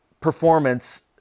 performance